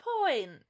point